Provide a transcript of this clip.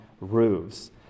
roofs